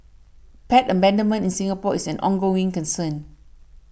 pet abandonment in Singapore is an ongoing concern